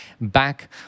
back